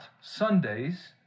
Sundays